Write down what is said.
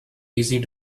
easy